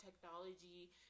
technology